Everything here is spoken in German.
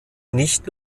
nicht